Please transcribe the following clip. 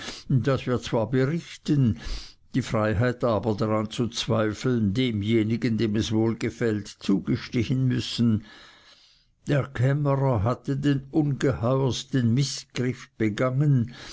das wir zwar berichten die freiheit aber daran zu zweifeln demjenigen dem es wohlgefällt zugestehen müssen der kämmerer hatte den ungeheuersten mißgriff begangen